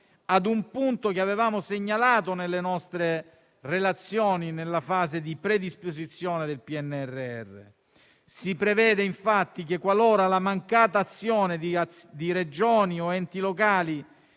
un punto che avevamo segnalato nelle nostre relazioni in fase di predisposizione del PNRR. Si prevede infatti che, qualora la mancata azione di Regioni o enti locali